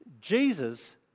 Jesus